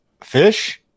fish